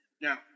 Now